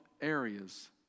areas